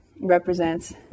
represents